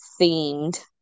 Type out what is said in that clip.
themed